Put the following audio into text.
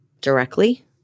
directly